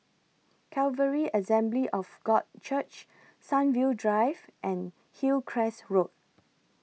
Calvary Assembly of God Church Sunview Drive and Hillcrest Road